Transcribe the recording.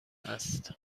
است